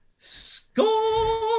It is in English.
Score